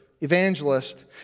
evangelist